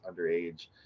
underage